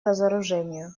разоружению